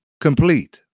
complete